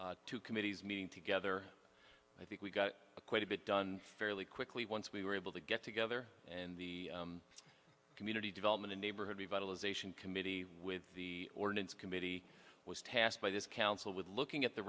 council two committees meeting together i think we got quite a bit done fairly quickly once we were able to get together and the community development and neighborhood revitalization committee with the ordinance committee was tasked by this council with looking at the